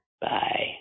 Bye